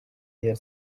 their